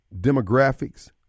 demographics